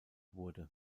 wurde